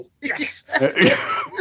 Yes